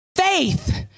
Faith